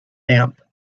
damp